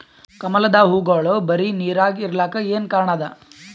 ಕಮಲದ ಹೂವಾಗೋಳ ಬರೀ ನೀರಾಗ ಇರಲಾಕ ಏನ ಕಾರಣ ಅದಾ?